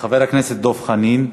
חבר הכנסת דב חנין?